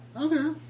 Okay